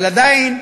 אבל עדיין,